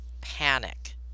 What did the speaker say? panic